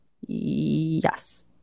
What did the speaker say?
Yes